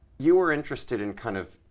you were interested in kind of,